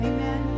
Amen